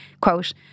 quote